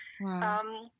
Wow